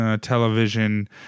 television